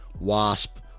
Wasp